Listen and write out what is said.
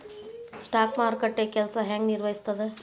stock ಮಾರುಕಟ್ಟೆ ಕೆಲ್ಸ ಹೆಂಗ ನಿರ್ವಹಿಸ್ತದ